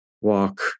walk